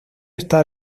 está